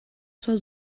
zur